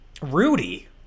rudy